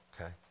Okay